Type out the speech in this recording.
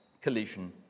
collision